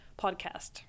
podcast